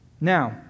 Now